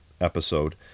episode